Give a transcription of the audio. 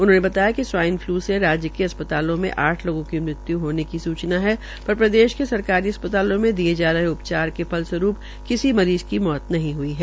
उन्होंने बताया कि स्वाईन फ्लू से राज्य के अस्पतालों में आठ लोगों की मृत्यू होने की सूना है पर प्रदेश में सरकारी अस्पतालों मे दिये जा रहे उपचार के फलरूवरूप किसी मरीज़ की मौत नहीं हुई है